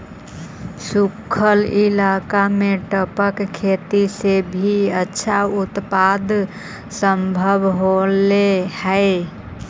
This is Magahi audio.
सूखल इलाका में टपक खेती से भी अच्छा उत्पादन सम्भव होले हइ